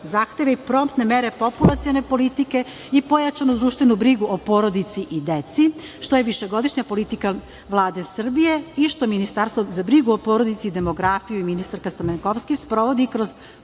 zahteva i promptne mere populacione politike i pojačanu društvenu brigu o porodici i deci, što je višegodišnja politika Vlade Srbije i što Ministarstvo za brigu o porodici i demografiju i ministarka Stamenkovski sprovodi kroz